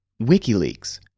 WikiLeaks